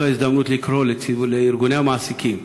זאת ההזדמנות לקרוא לארגוני המעסיקים,